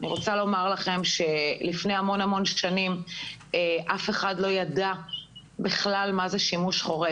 אני רוצה לומר לכם שלפני המון שנים אף אחד לא ידע מה זה שימוש חורג.